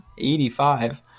85